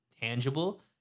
tangible